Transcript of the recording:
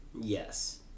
Yes